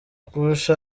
kurusha